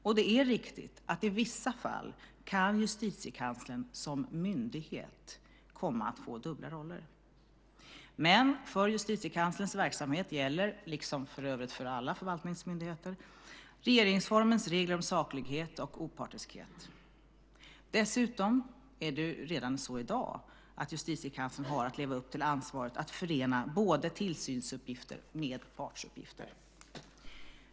Och det är riktigt att i vissa fall kan Justitiekanslern som myndighet komma att få dubbla roller. Men för Justitiekanslerns verksamhet gäller, liksom för övrigt för alla förvaltningsmyndigheter, regeringsformens regler om saklighet och opartiskhet. Dessutom är det redan så i dag att Justitiekanslern har att leva upp till ansvaret att förena tillsynsuppgifter med partsuppgifter.